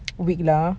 weak lah